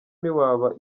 ntiwaba